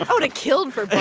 would've killed for but